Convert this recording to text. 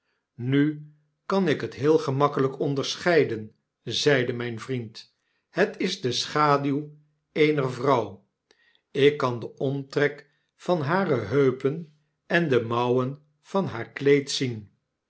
nu kan ik het heel gemakkelyk onderscheiden zeide mijn vriend het is de schaduw eener vrouw ik kan den omtrek van hare heupen en de mouwen van haar kleed zien